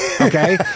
Okay